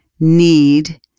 Need